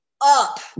up